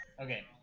Okay